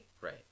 Right